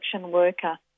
worker